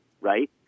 right